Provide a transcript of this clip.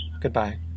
Goodbye